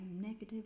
negative